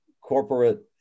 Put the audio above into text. corporate